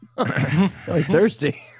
thirsty